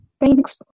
Thanks